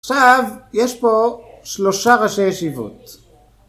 עכשיו יש פה שלושה ראשי ישיבות